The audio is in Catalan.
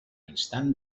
instant